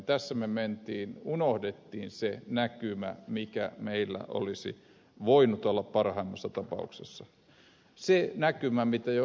tässä unohdettiin se näkymä mikä meillä olisi voinut olla parhaimmassa tapauksessa se näkymä mistä jo ed